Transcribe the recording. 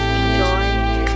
Enjoy